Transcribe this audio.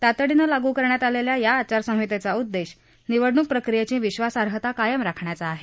तातडीनं लागू करण्यात आलेल्या या आचारसंहितेचा उद्देश निवडणूक प्रक्रियेची विश्वासार्हता कायम राखण्याचा आहे